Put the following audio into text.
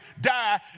die